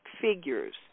figures